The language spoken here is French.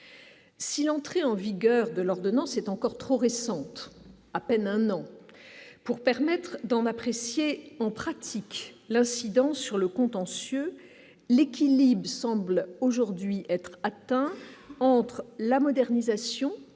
Si l'entrée en vigueur de l'ordonnance est encore trop récente, à peine un an pour permettre d'en apprécier en pratique l'incidence sur le contentieux : l'équilibre semble aujourd'hui être atteint entre la modernisation